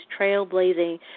trailblazing